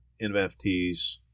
NFTs